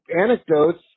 anecdotes